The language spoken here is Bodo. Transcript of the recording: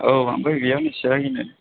औ ओमफ्राय बेहा मिन्थियाखैनो